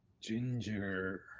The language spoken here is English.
ginger